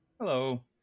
Hello